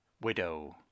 Widow